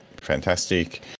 fantastic